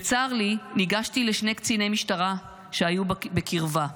בצר לי ניגשתי לשני קציני משטרה שהיו קרובים,